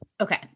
Okay